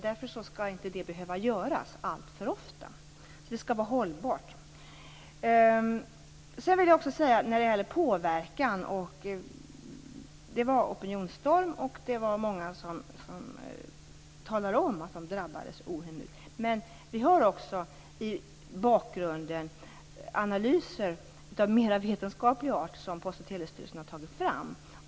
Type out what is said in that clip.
Därför skall det inte behöva göras alltför ofta. Systemet skall vara hållbart. När gäller påverkan vill jag säga att vi fick en opinionstorm. Det var många som talade om att de drabbades ohemult. Men i bakgrunden har vi också analyser om samtalsmönster av mer vetenskaplig art som Post och telestyrelsen har tagit fram.